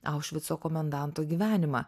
aušvico komendanto gyvenimą